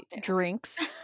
drinks